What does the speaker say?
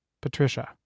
Patricia